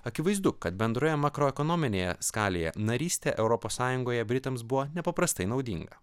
akivaizdu kad bendroje makroekonominėje skalėje narystė europos sąjungoje britams buvo nepaprastai naudinga